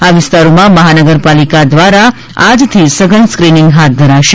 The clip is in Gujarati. આ વિસ્તારોમાં મહાનગરપાલિકા દ્વારા આજથી સઘન સ્ક્રિનિંગ હાથ ધરાશે